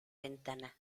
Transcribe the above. ventana